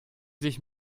sich